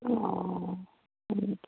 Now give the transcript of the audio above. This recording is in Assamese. অ' অ'